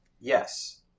Yes